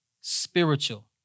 spiritual